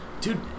dude